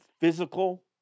physical